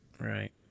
Right